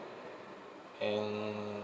and